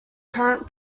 current